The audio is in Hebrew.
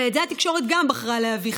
ואת זה התקשורת גם בחרה להביא.